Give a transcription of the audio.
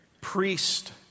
priest